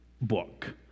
book